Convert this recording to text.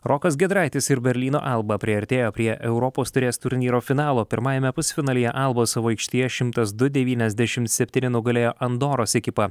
rokas giedraitis ir berlyno alba priartėjo prie europos taurės turnyro finalo pirmajame pusfinalyje alba savo aikštėje šimtas du devyniasdešimt spetyni nugalėjo andoros ekipą